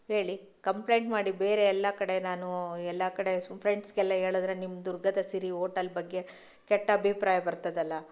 ಹೇಳಿ ಕಂಪ್ಲೇಂಟ್ ಮಾಡಿ ಬೇರೆ ಎಲ್ಲ ಕಡೆ ನಾನು ಎಲ್ಲ ಕಡೆ ಫ್ರೆಂಡ್ಸ್ಗೆಲ್ಲ ಹೇಳದ್ರೆ ನಿಮ್ಮ ದುರ್ಗದ ಸಿರಿ ಓಟಲ್ ಬಗ್ಗೆ ಕೆಟ್ಟ ಅಭಿಪ್ರಾಯ ಬರ್ತದಲ್ಲ